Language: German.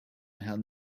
herrn